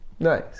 Nice